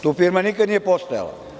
Tu firma nikada nije postojala.